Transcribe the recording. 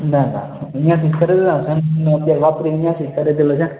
ના ના અહીંયાથી જ ખરીદેલો સેમસંગનો અત્યારે વાપરીએ એ અહીંયાથી જ ખરીદેલો છે